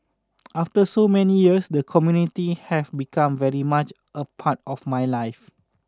after so many years the community has become very much a part of my life